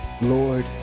Lord